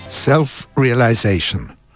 Self-realization